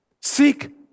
Seek